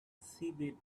seabed